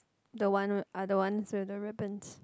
the other with other one with the ribbons